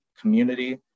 community